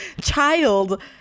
child